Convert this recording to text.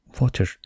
Water